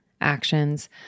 actions